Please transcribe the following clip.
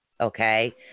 Okay